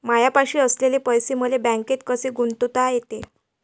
मायापाशी असलेले पैसे मले बँकेत कसे गुंतोता येते?